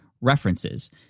references